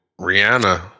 Rihanna